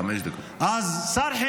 חמש דקות.